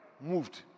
moved